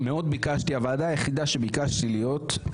הוועדה היחידה שביקשתי להיות בה,